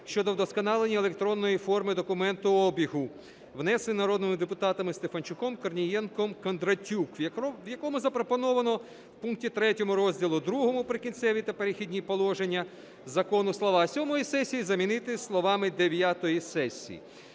щодо вдосконалення електронної форми документообігу, внесений народними депутатами Стефанчуком, Корнієнком, Кондратюк, в якому запропоновано в пункті 3 розділу II "Прикінцеві та перехідні положення" закону слова "сьомої сесії" замінити словами